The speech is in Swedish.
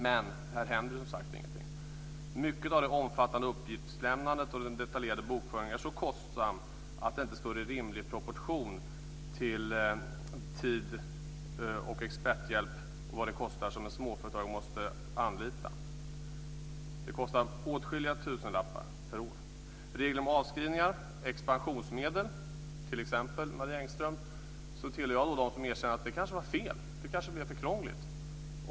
Men här händer det som sagt ingenting. Mycket av det omfattande uppgiftslämnandet och den detaljerade bokföringen är så kostsam att det inte står i rimlig proportion till tid och experthjälp, och vad det kostar, som en småföretagare måste anlita. Det kostar åtskilliga tusenlappar per år. När det gäller regler om avskrivningar, expansionsmedel t.ex. Marie Engström, så tillhör jag dem som erkänner att det kanske var fel. Det kanske blev för krångligt.